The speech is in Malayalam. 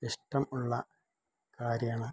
ഇഷ്ടം ഉള്ള കാര്യമാണ്